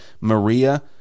Maria